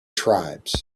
tribes